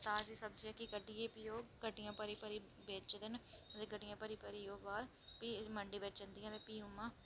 साग सब्जी जेह्कियां गड्डियां भी ओह् गड्डियां भरी भरी बेचदे न एद् गड्डियां भरी भरी ओह् बाह्र मंडी भेजदे न अदे भी